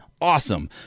awesome